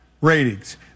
ratings